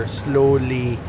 slowly